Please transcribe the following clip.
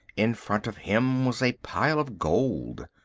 in front of him was a pile of gold.